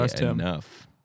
enough